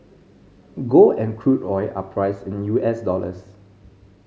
gold and crude oil are priced in U S dollars